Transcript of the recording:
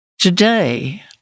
today